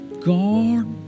God